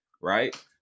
right